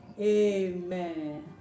Amen